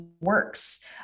works